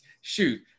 shoot